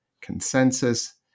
consensus